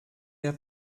der